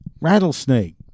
rattlesnake